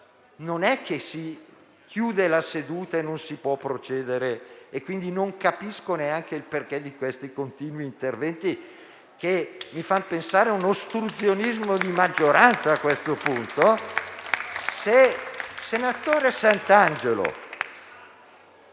non è che si chiude la seduta e non si può procedere. Quindi non capisco il perché di questi continui interventi, che mi fanno pensare a un ostruzionismo di maggioranza a questo punto.